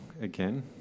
again